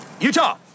Utah